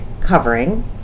covering